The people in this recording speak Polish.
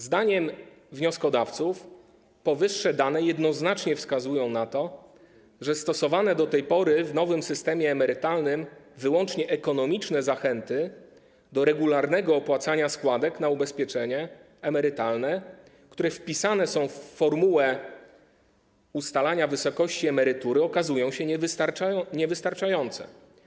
Zdaniem wnioskodawców powyższe dane jednoznacznie wskazują na to, że stosowane do tej pory w nowym systemie emerytalnym wyłącznie ekonomiczne zachęty do regularnego opłacania składek na ubezpieczenie emerytalne, które wpisane są w formułę ustalania wysokości emerytury, okazują się niewystarczające.